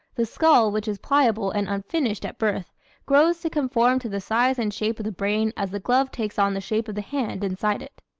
the skull which is pliable and unfinished at birth grows to conform to the size and shape of the brain as the glove takes on the shape of the hand inside it.